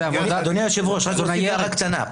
אדוני היושב-ראש, רק להוסיף הערה קטנה.